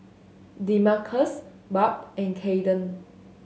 Demarcus Barb and Kaiden